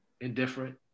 indifferent